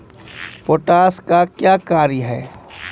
Potash का क्या कार्य हैं?